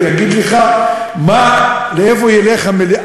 אני אגיד לך לאיפה ילך המיליארד.